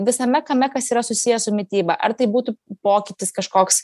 visame kame kas yra susiję su mityba ar tai būtų pokytis kažkoks